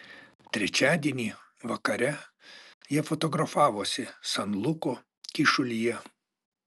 trečiadienį vakare jie fotografavosi san luko kyšulyje